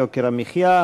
יוקר המחיה,